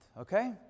Okay